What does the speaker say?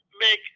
make